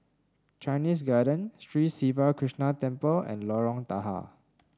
Chinese Garden Sri Siva Krishna Temple and Lorong Tahar